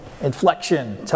inflection